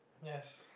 yes